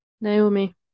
Naomi